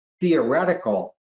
theoretical